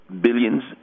billions